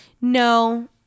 no